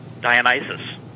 Dionysus